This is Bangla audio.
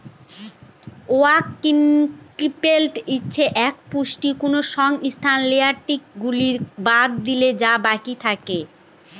ওয়ার্কিং ক্যাপিটাল হচ্ছে যে পুঁজিটা কোনো সংস্থার লিয়াবিলিটি গুলা বাদ দিলে যা বাকি থাকে